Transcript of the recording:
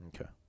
Okay